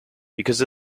because